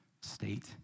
state